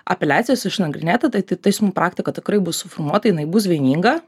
apeliacijos išnagrinėta tai teismų praktika tikrai bus suformuota jinai bus vieninga